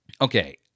Okay